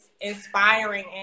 inspiring